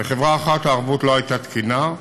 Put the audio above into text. לחברה אחת הערבות לא הייתה תקינה,